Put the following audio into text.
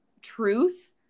truth